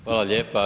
Hvala lijepa.